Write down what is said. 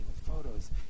photos